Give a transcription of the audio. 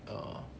ah